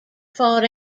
fought